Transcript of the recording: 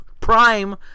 prime